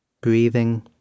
breathing